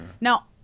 Now